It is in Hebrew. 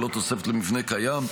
ולא תוספת למבנה קיים,